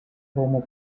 rūmų